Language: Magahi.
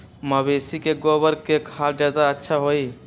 मवेसी के गोबर के खाद ज्यादा अच्छा होई?